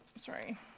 sorry